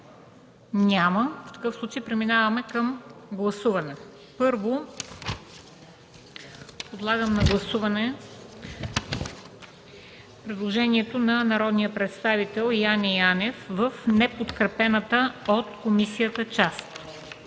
Няма. Преминаваме към гласуване. Първо, подлагам на гласуване предложението на народния представител Яне Янев в неподкрепената от комисията част.